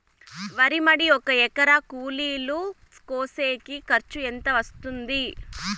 వరి మడి ఒక ఎకరా కూలీలు కోసేకి ఖర్చు ఎంత వస్తుంది?